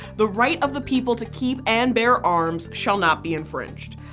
the right of the people to keep and bear arms, shall not be infringed.